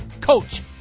coach